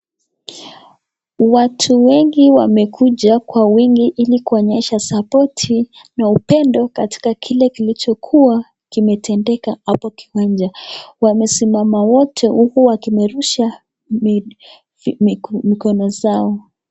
Watu wengi wamekuja kwa wengi hili kuonyesha sapoti na upendo katikati kile kulichokua kimetendeka apo kuku inje, wamesimama wote uku wakimerusha mikono zao.